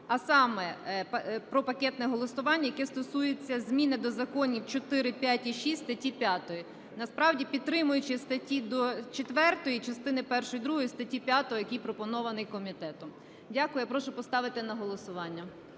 а саме про пакетне голосування, яке стосується зміни до законів 4, 5 і 6 статті 5. Насправді, підтримуючи статті до 4-ї частини першої і другої статті 5, який пропонований комітетом. Дякую. Я прошу поставити на голосування.